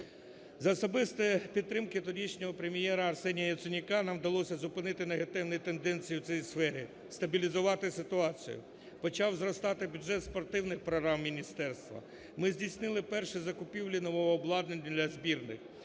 За особистої підтримки тодішнього прем'єра Арсенія Яценюка, нам вдалося зупинити негативну тенденцію у цій сфері, стабілізувати ситуацію. Почав зростати бюджет спортивних програм міністерства, ми здійснили перші закупівлі нових обладнань для збірних,